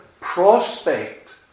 prospect